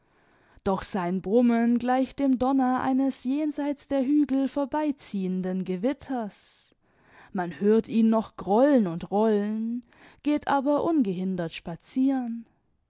doch sein brummen gleicht dem donner eines jenseits der hügel vorbeiziehenden gewitters man hört ihn noch grollen und rollen geht aber ungehindert spazieren